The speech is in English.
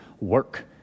work